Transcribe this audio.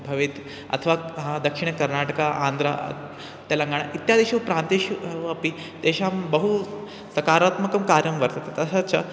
भवेत् अथवा हा दक्षिणकर्नाटका आन्ध्रा तेलङ्गाणा इत्यादिषु प्रान्तेषु वापि तेषां बहु सकारात्मकं कार्यं वर्तते तथा च